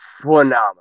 phenomenal